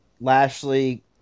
Lashley